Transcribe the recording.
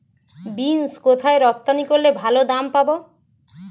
Beans কোথায় রপ্তানি করলে ভালো দাম পাব?